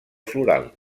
floral